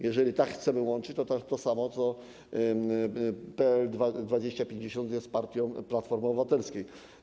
Jeżeli tak chcemy łączyć, to tak samo jak PL dwadzieścia, pięćdziesiąt byłoby partią Platformy Obywatelskiej.